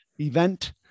event